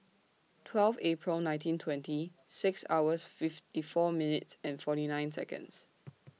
twelve April nineteen twenty six hours fifty four minutes and forty nine Seconds